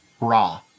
Raw